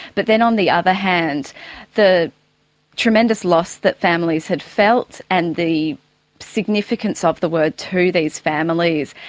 but then on the other hand the tremendous loss that families had felt and the significance of the word to these families.